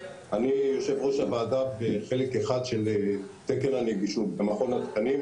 אני יושב-ראש הוועדה בחלק אחד של תקן הנגישות במכון התקנים.